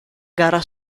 gara